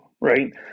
right